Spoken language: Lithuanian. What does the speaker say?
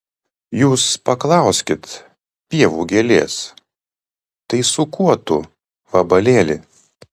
jūs paklauskit pievų gėlės tai su kuo tu vabalėli